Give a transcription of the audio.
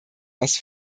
was